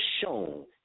shown